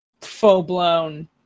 full-blown